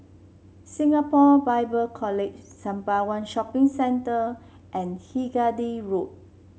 Singapore Bible College Sembawang Shopping Centre and Hindhede Road